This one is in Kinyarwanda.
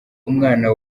umwana